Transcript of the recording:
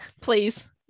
Please